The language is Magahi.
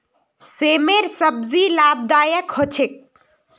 सेमेर सब्जी लाभदायक ह छेक